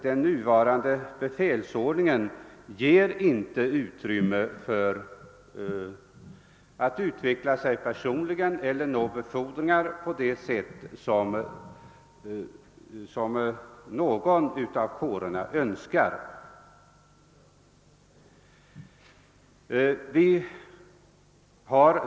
Den nuvarande befälsordningen ger inte utrymme för personlig utveckling och befordran på det sätt som den enskilde önskar och anser sig ha rätt att kräva.